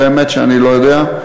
באמת שאני לא יודע.